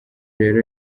rero